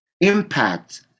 impact